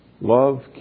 Love